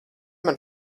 man